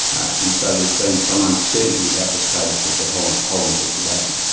and so there's been some uncertainty about the status of the whole whole investigation.